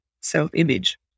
self-image